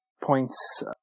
points